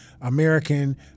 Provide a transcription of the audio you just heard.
American